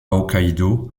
hokkaidō